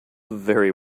very